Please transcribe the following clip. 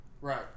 right